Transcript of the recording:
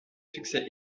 succès